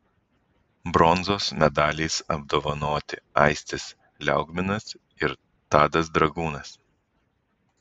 bronzos medaliais apdovanoti aistis liaugminas ir tadas dragūnas